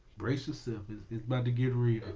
brace yourself, it's it's about to get real.